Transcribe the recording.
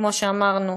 כמו שאמרנו,